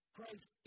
Christ